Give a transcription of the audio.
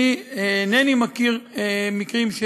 אינני מכיר מקרים,